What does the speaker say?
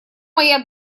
моя